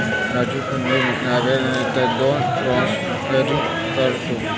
राजू पुदिना नांगरल्यानंतर दोन क्रॉस हॅरोइंग करावेत